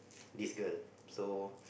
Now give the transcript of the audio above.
this girl so